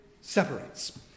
separates